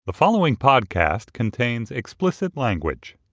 the following podcast contains explicit language